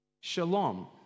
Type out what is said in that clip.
shalom